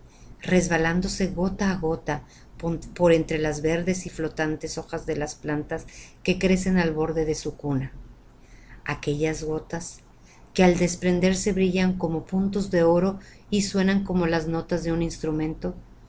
resbalándose gota á gota por entre las verdes y flotantes hojas de las plantas que crecen al borde de su cuna aquellas gotas que al desprenderse brillan como puntos de oro y suenan como las notas de un instrumento